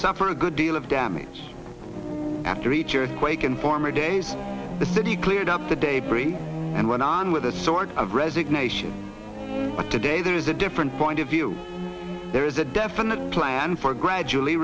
suffer a good deal of damage after each earthquake in former days the city cleared up the day bree and went on with a sort of resignation but today there is a different point of view there is a definite plan for gradually